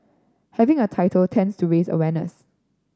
having a title tends to raise awareness